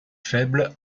faible